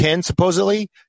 supposedly